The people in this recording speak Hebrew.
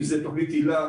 אם זה תוכנית היל"ה,